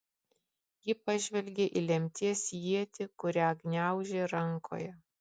ji pažvelgė į lemties ietį kurią gniaužė rankoje